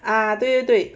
啊对对对